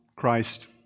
Christ